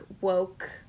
woke